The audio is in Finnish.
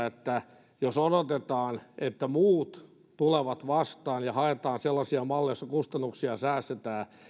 että jos odotetaan että muut tulevat vastaan ja haetaan sellaisia malleja joissa kustannuksia säästetään